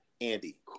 Andy